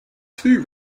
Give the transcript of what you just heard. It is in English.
two